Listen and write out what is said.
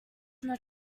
not